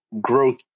growth